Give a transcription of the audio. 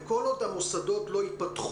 כל עוד המוסדות לא ייפתחו,